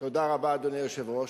תודה רבה, אדוני היושב-ראש.